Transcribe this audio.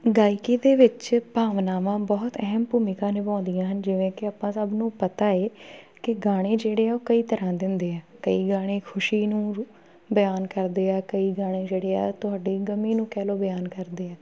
ਗਾਇਕੀ ਦੇ ਵਿੱਚ ਭਾਵਨਾਵਾਂ ਬਹੁਤ ਅਹਿਮ ਭੂਮਿਕਾ ਨਿਭਾਉਂਦੀਆਂ ਹਨ ਜਿਵੇਂ ਕਿ ਆਪਾਂ ਸਭ ਨੂੰ ਪਤਾ ਹੈ ਕਿ ਗਾਣੇ ਜਿਹੜੇ ਆ ਉਹ ਕਈ ਤਰ੍ਹਾਂ ਦੇ ਹੁੰਦੇ ਆ ਕਈ ਗਾਣੇ ਖੁਸ਼ੀ ਨੂੰ ਰੁ ਬਿਆਨ ਕਰਦੇ ਆ ਕਈ ਗਾਣੇ ਜਿਹੜੇ ਆ ਤੁਹਾਡੀ ਗਮੀ ਨੂੰ ਕਹਿ ਲਓ ਬਿਆਨ ਕਰਦੇ ਆ